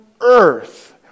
earth